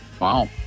wow